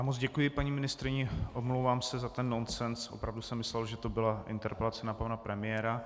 Moc děkuji paní ministryni, omlouvám se za nonsens, opravdu jsem myslel, že to byla interpelace na pana premiéra.